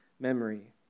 memory